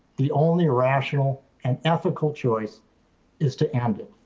the only rational and ethical choice is to end it.